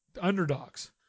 underdogs